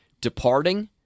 departing